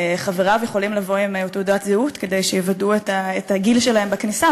חבריו יכולים לבוא עם תעודת זהות כדי שיוודאו את הגיל שלהם בכניסה,